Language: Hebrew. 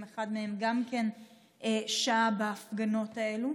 אם אחד מהם גם שהה בהפגנות האלה,